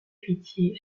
héritier